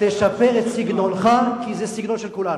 תשפר את סגנונך, כי זה הסגנון של כולנו.